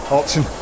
option